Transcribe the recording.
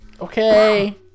Okay